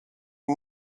die